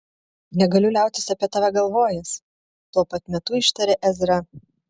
negaliu liautis apie tave galvojęs tuo pat metu ištarė ezra